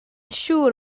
siŵr